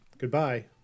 Goodbye